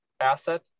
asset